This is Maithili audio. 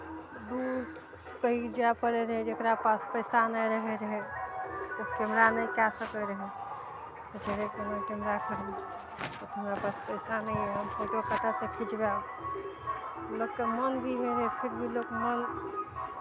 दूर कहीँ जाय पड़ै रहै जकरा पास पैसा नहि रहैत रहै ओ कैमरा नहि कए सकैत रहै रहै कैमरा खरीद उतना हमरा पास पैसा नहि अइ हम फोटो कतयसँ खिचवायब लोकके मन भी होइत रहै फिर भी लोक मोन